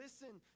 listen